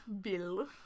Bill